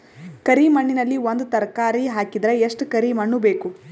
ಕರಿ ಮಣ್ಣಿನಲ್ಲಿ ಒಂದ ತರಕಾರಿ ಹಾಕಿದರ ಎಷ್ಟ ಕರಿ ಮಣ್ಣು ಬೇಕು?